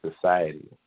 society